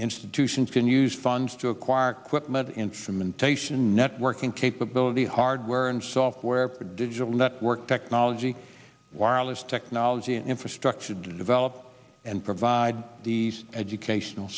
institutions can use funds to acquire equipment and from and taishan networking capability hardware and software prodigious network technology wireless technology and infrastructure to develop and provide these educational